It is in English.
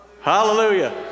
Hallelujah